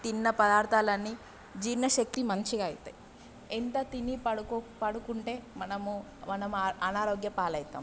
తిన్న పదార్థాలన్నీ జీర్ణశక్తి మంచిగా అవుతాయి ఎంత తిని పడుకో పడుకుంటే మనము మనం అ అనారోగ్య పాలు అవుతాం